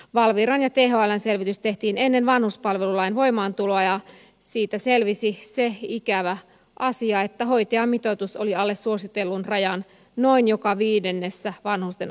valviran ja thln selvitys tehtiin ennen vanhuspalvelulain voimaantuloa ja siitä selvisi se ikävä asia että hoitajamitoitus oli alle suositellun rajan noin joka viidennessä vanhusten asumisyksikössä